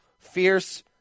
Fierce